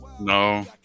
No